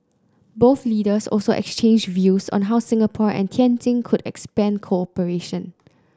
both leaders also exchanged views on how Singapore and Tianjin could expand cooperation